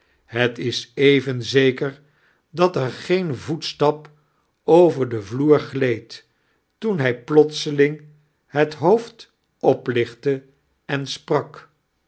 bet is even zeker dat er geen voetstap over den vloer gleed toen hij plotseling het hoofd oplichitlte en sprak